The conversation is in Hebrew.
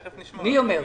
מי אומר?